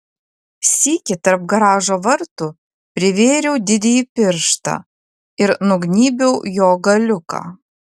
sykį tarp garažo vartų privėriau didįjį pirštą ir nugnybiau jo galiuką